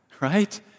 right